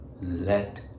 Let